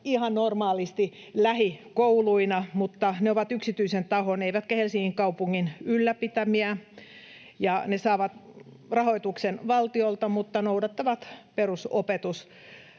ihan normaalisti lähikouluina, mutta ne ovat yksityisen tahon eivätkä Helsingin kaupungin ylläpitämiä. Ne saavat rahoituksen valtiolta mutta noudattavat perusopetuslakia.